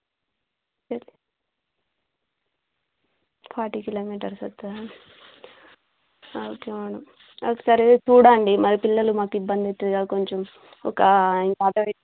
forty kilometres వస్తుందా okay madam ఒకసారి చూడండి మరి పిల్లలు మాకు ఇబ్బంది అవుతుంది కద కొంచం ఒక ఇంకోకసారి